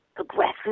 aggressive